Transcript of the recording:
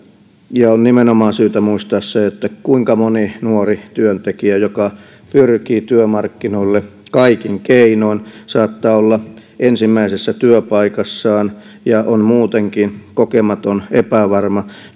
on nimenomaan syytä muistaa se kuinka moni semmoinen nuori työntekijä joka pyrkii työmarkkinoille kaikin keinoin joka saattaa olla ensimmäisessä työpaikassaan ja on muutenkin kokematon epävarma